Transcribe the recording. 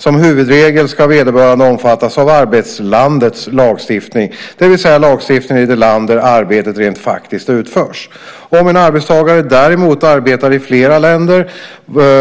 Som huvudregel ska vederbörande omfattas av arbetslandets lagstiftning, det vill säga lagstiftningen i det land där arbetet rent faktiskt utförs. Om en arbetstagare däremot arbetar i flera länder,